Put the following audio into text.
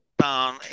down